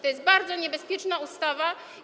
To jest bardzo niebezpieczna ustawa.